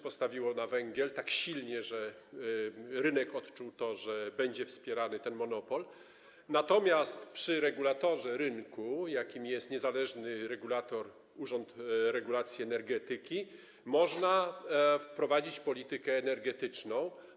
Postawiono na węgiel tak silnie, że rynek odczuł to, że będzie wspierany ten monopol, przy regulatorze rynku, jakim jest niezależny regulator - Urząd Regulacji Energetyki, można wprowadzić taką politykę energetyczną.